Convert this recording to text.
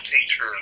teacher